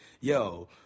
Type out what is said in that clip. Yo